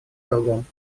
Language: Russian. другом